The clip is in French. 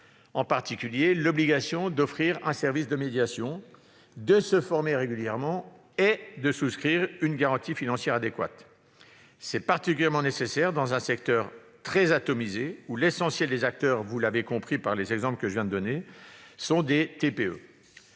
en particulier l'obligation d'offrir un service de médiation, de se former régulièrement et de souscrire à une garantie financière adéquate. C'est particulièrement nécessaire dans un secteur très atomisé où l'essentiel des acteurs- vous l'avez compris -sont des TPE.